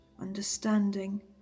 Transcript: understanding